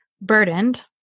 burdened